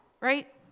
Right